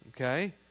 Okay